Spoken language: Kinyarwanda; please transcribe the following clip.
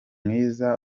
bwiza